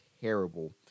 terrible